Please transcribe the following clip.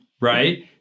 right